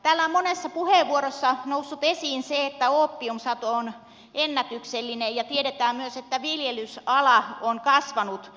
täällä on monessa puheenvuorossa noussut esiin se että oopiumisato on ennätyksellinen ja tiedetään myös että viljelysala on kasvanut